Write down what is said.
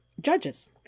judges